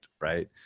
right